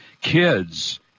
Kids